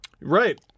Right